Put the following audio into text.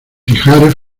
ijares